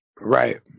Right